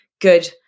good